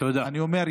אני אומר,